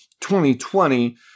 2020